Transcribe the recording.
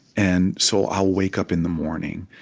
and so i'll wake up in the morning,